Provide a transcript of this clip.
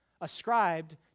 ascribed